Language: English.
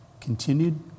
continued